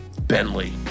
Bentley